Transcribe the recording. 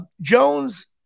Jones